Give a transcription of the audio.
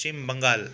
Paschim Bengal